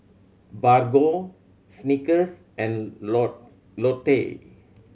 Bargo Snickers and Lotte